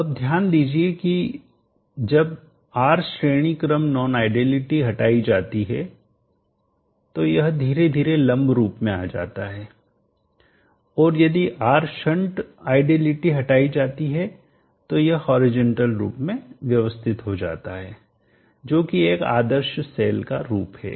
अब ध्यान दीजिए कि जब R श्रेणी क्रम नॉन आइडियलिटी हटाई जाती है तो यह धीरे धीरे लंब रूप में आ जाता है और यदि R शंट आइडियलिटी हटाई जाती है तो यह हॉरिजॉन्टल क्षेतिज रूप में व्यवस्थित हो जाता है जो कि एक आदर्श सेल का रूप है